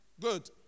Good